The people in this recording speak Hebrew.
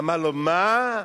אמר לו: מה,